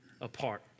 apart